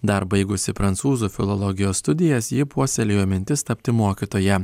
dar baigusi prancūzų filologijos studijas ji puoselėjo mintis tapti mokytoja